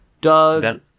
Doug